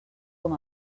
com